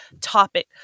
topic